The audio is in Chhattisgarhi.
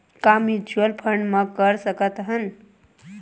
का म्यूच्यूअल फंड म कर सकत हन?